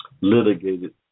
litigated